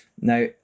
Now